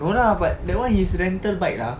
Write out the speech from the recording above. no lah but that [one] his rental bike lah